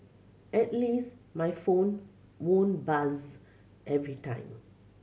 at least my phone won't buzz every time